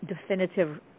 definitive